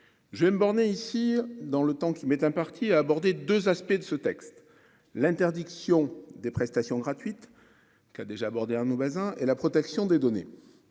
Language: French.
je vais me borner ici dans le temps qui m'est imparti à aborder 2 aspects de ce texte, l'interdiction des prestations gratuites qui a déjà abordé, Arnaud Bazin et la protection des données,